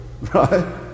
Right